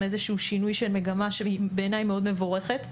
שינוי של מגמה שבעיניי היא מאוד מבורכת.